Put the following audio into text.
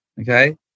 Okay